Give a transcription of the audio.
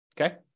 Okay